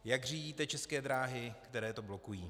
Jak řídíte České dráhy, které to blokují?